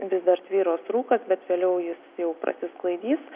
vis dar tvyros rūkas bet vėliau jis jau prasisklaidys